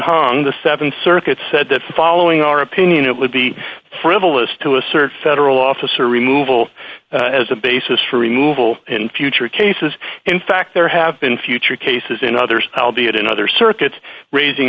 hong the th circuit said that following our opinion it would be frivolous to assert federal officer removal as a basis for removal in future cases in fact there have been future cases in others i'll do it in other circuits raising